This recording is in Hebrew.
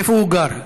איפה הוא גר?